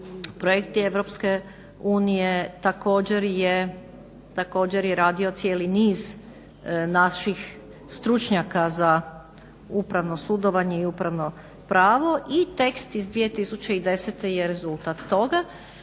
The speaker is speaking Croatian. projekti Europske unije. Također je radio cijeli niz naših stručnjaka za upravno sudovanje i upravno pravo i tekst iz 2010. je rezultat toga.